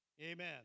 Amen